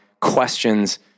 questions